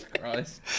Christ